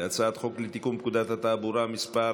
הצעת חוק לתיקון פקודת התעבורה (מס'